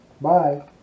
Bye